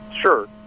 sure